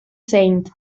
saint